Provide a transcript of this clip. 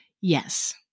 Yes